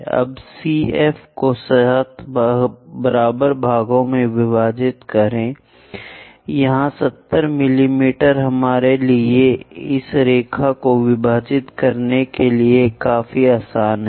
अब CF को 7 बराबर भागों में विभाजित करें यह 70 मिमी हमारे लिए इस रेखा को विभाजित करने के लिए काफी आसान है